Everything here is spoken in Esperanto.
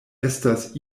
estas